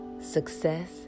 success